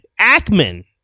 Ackman